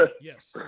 Yes